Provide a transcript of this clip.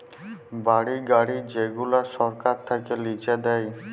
বাড়ি, গাড়ি যেগুলা সরকার থাক্যে লিজে দেয়